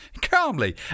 calmly